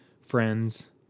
friends